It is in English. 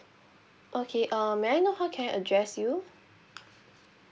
okay uh may I know how can I address you